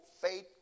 faith